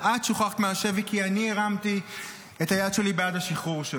את שוחררת מהשבי כי אני הרמתי את היד שלי בעד השחרור שלך".